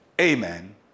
amen